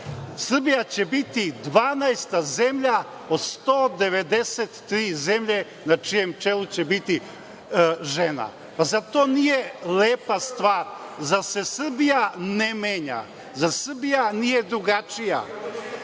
Srbija će biti dvanaesta zemlja od 193 zemlje na čijem čelu će biti žena. Zar to nije lepa stvar? Zar se Srbija ne menja? Zar Srbija nije drugačija?